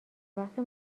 وقتی